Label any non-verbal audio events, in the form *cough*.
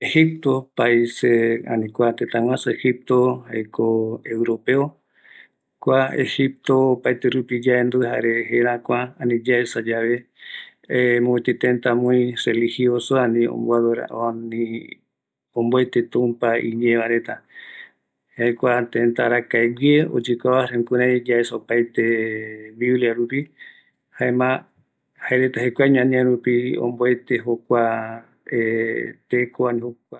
Egipto ani kua tëtä guaju Egipto, jaeko Europeo kua Egipto opaete rupi yaendu jare jeräküa ani yaesa yave mopëtï tëtä muy religioso, ani ombo adora, omboete tumpa iñeevareta, jae kua tëtä arakae guie oyekuava jukurai yaesa opaete biblia rupi, jaema jaereta jekuaeño añaverupi omboete jokua *hesitation* jeko.